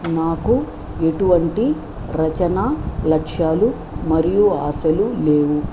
నాకు ఎటువంటి రచన లక్ష్యాలు మరియు ఆశలు లేవు